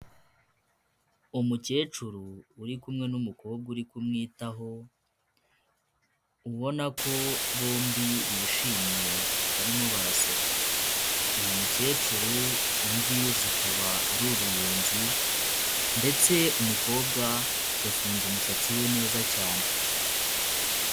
Umukecuru uri kumwe n'umukobwa uri kumwitaho ubona ko bombi bishimye barimo baraseka uyu mukecuru imvi zikaba ari uruyenzi ndetse umukobwa yafunze umusatsi we neza cyane.